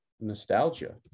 nostalgia